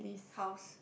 house